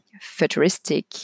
futuristic